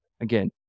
again